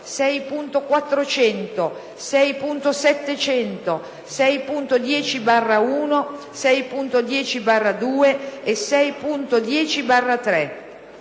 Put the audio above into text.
6.400, 6.700, 6.10/1, 6.10/2 e 6.10/3.